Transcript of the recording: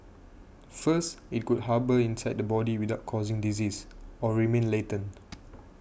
first it could harbour inside the body without causing disease or remain latent